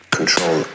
Control